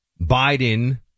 Biden